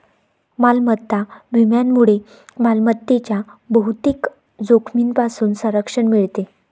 मालमत्ता विम्यामुळे मालमत्तेच्या बहुतेक जोखमींपासून संरक्षण मिळते